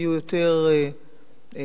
היו יותר מוזמנים,